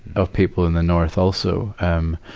of people in the north, also. um